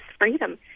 freedom